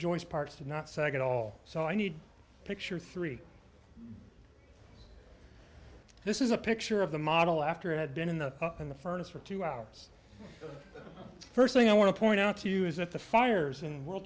joints parts to not sag at all so i need picture three this is a picture of the model after it had been in the in the furnace for two hours first thing i want to point out to you is that the fires in world